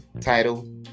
title